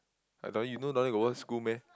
I thought you know down there got one school meh